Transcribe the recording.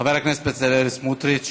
חבר הכנסת בצלאל סמוטריץ,